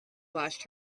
washed